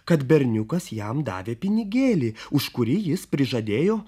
kad berniukas jam davė pinigėlį už kurį jis prižadėjo